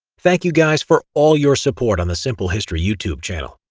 thank you guys for all your support on the simple history youtube channel.